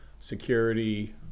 security